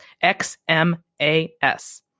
X-M-A-S